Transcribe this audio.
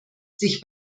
sich